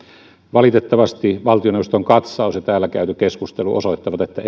valitettavasti valtioneuvoston katsaus ja täällä käyty keskustelu osoittavat että